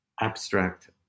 abstract